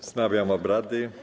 Wznawiam obrady.